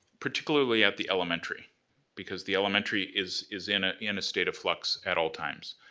particularly at the elementary because the elementary is is in ah in a state of flux at all times.